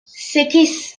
sekiz